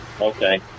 Okay